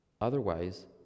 Otherwise